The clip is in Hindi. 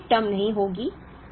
तो 12 वीं टर्म नहीं होगी